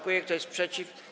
Kto jest przeciw?